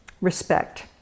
respect